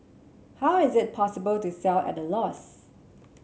how is it possible to sell at a loss